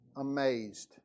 amazed